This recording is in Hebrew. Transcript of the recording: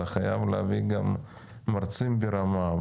אתה חייב להביא גם מרצים ברמה.